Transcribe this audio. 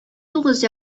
тугыз